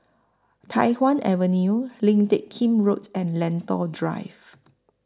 Tai Hwan Avenue Lim Teck Kim Road and Lentor Drive